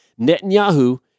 Netanyahu